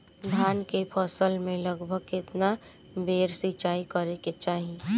धान के फसल मे लगभग केतना बेर सिचाई करे के चाही?